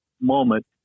moment